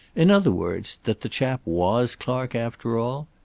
in other words, that the chap was clark, after all?